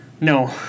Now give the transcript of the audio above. No